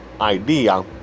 idea